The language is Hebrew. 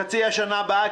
בחצי השנה הבאה,